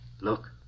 Look